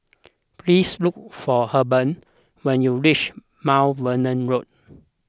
please look for Hebert when you reach Mount Vernon Road